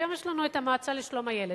היום יש לנו המועצה לשלום הילד.